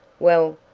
well,